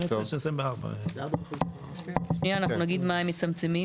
שנייה, אנחנו נגיד מה הם מצמצמים.